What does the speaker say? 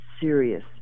serious